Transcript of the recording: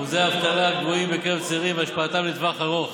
אחוזי אבטלה גבוהים בקרב צעירים והשפעתם לטווח ארוך,